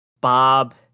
Bob